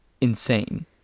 insane